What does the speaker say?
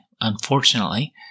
unfortunately